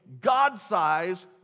God-sized